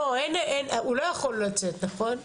לא, הוא לא יכול לצאת נכון?